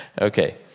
Okay